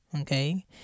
okay